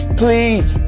please